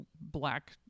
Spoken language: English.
black